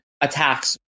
attacks